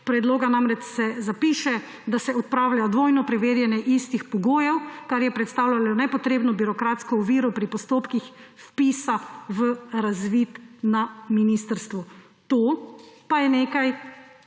predloga namreč piše, da se odpravlja dvojno preverjanje istih pogojev, kar je predstavljalo nepotrebno birokratsko oviro pri postopkih vpisa v razvid na ministrstvu. To pa je nekaj,